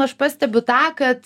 aš pastebiu tą kad